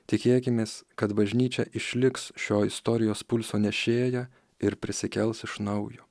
tikėkimės kad bažnyčia išliks šio istorijos pulso nešėja ir prisikels iš naujo